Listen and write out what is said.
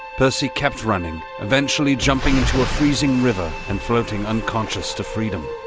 percy kept running, eventually jumping into a freezing river and floating unconscious to freedom.